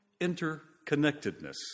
interconnectedness